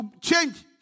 change